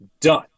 done